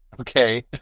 Okay